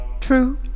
True